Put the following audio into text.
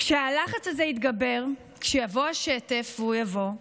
כשהלחץ הזה יתגבר, כשיבוא שטף, והוא יבוא,